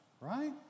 right